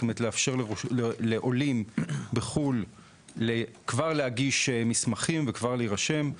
זאת אומרת לאפשר לעולים בחו"ל להגיש מסמכים ולהירשם,